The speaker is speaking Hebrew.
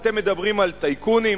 ואתם מדברים על טייקונים,